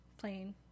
plain